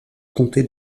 comté